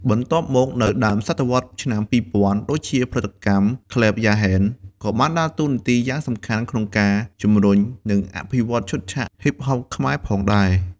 បន្ទាប់មក នៅដើមទសវត្សរ៍ឆ្នាំ ២០០០ ដូចជាផលិតកម្ម ក្លេប យ៉ាហេន ក៏បានដើរតួនាទីយ៉ាងសំខាន់ក្នុងការជំរុញ និងអភិវឌ្ឍឈុតឆាកហ៊ីបហបខ្មែរផងដែរ។